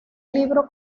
libro